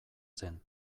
zen